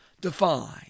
define